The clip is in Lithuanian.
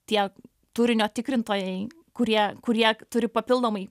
tie turinio tikrintojai kurie kurie turi papildomai